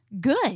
good